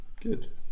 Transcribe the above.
good